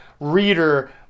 reader